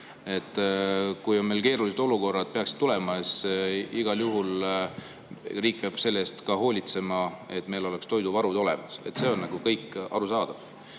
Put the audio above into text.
Kui meil keerulised olukorrad on või peaksid tulema, siis igal juhul riik peab selle eest ka hoolitsema, et meil oleks toiduvarud olemas. See on kõik arusaadav.